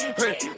hey